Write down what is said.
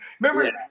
Remember